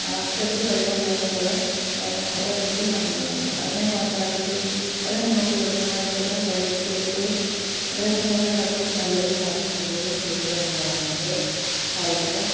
ആർക്കെന്ത് കഴിവുണ്ടെന്നുള്ളത് അവന് ഓരോ വ്യക്തിയുമാണ് തീരുമാനിക്കുന്നത് അതിനെ പ്രോത്സാഹിപ്പിക്കുകയും അതിന് മുന്നോട്ടു വരുന്നവരെ കൂടെ കൈ പിടിച്ച് ഉയർത്തുകയും അവരെ സമൂഹത്തിൽ നല്ലവരും ആക്കി കൊണ്ടുപോവുകയും ചെയ്യുകയും എന്നുള്ളതാണ് ഇന്നത്തെ കാലത്തിൻ്റെ